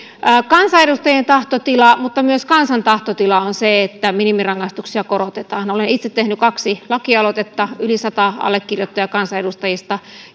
kansanedustajien tahtotila mutta myös kansan tahtotila on se että minimirangaistuksia korotetaan olen itse tehnyt kaksi lakialoitetta yli sata allekirjoittajaa kansanedustajista